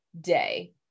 day